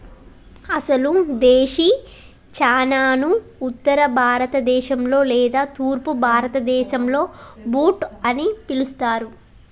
అసలు దేశీ చనాను ఉత్తర భారత దేశంలో లేదా తూర్పు భారతదేసంలో బూట్ అని పిలుస్తారు